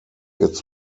its